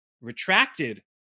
retracted